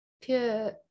pure